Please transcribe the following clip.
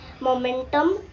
momentum